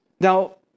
Now